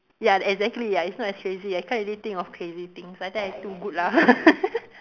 ya exactly ya it's not as crazy I can't really think of crazy things I think I too good lah